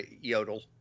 Yodel